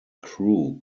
crew